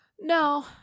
No